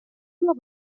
موقع